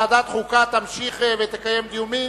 ועדת חוקה תמשיך ותקיים דיונים,